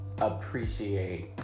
appreciate